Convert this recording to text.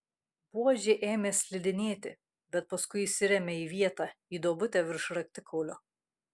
buožė ėmė slidinėti bet paskui įsirėmė į vietą į duobutę virš raktikaulio